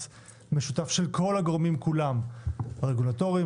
משותף של כל הגורמים כולם: רגולטוריים,